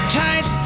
tight